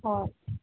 ꯍꯣꯏ